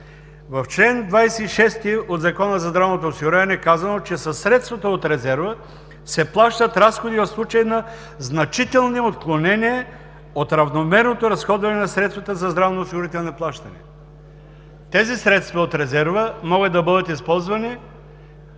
В чл. 26 от Закона за здравното осигуряване е казано, че със средствата от резерва се плащат разходи в случай на значителни отклонения от равномерното разходване на средствата за здравноосигурителни плащания. Средствата от резерва могат да бъдат използвани